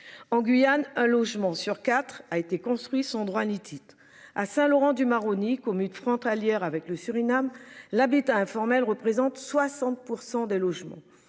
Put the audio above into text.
en Guyane un logement sur quatre a été construit son droit ni titre à. Saint-Laurent-du-Maroni comme une frontalière avec le Suriname l'habitat informel représente 60% des logements